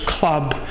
club